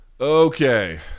Okay